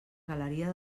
galeria